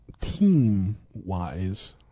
Team-wise